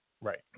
right